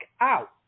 out